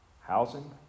housing